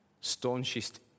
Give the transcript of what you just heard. staunchest